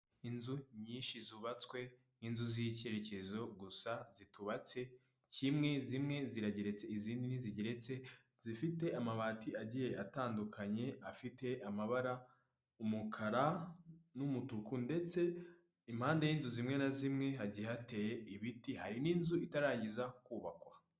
Inzu nyinshi zubatswe, inzu z'icyerecyezo gusa zitubatse kimwe. Zimwe zirageretse izindi ntizigeretse, zifite amabati agiye atandukanye afite amabara; umukara n'umutuku ndetse impande y'inzu zimwe na zimwe hagiye hateye ibiti. hari n'inzu itararangiza kubakwa.